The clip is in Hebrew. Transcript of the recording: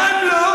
טלב,